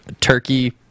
turkey